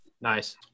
Nice